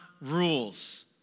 rules